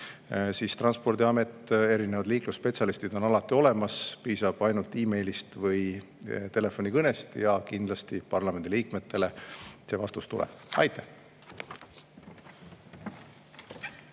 siis Transpordiamet, erinevad liiklusspetsialistid on alati olemas. Piisab ainult meilist või telefonikõnest ja kindlasti parlamendiliikmetele see vastus tuleb. Aitäh!